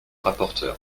rapporteur